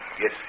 Yes